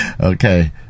okay